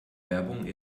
werbung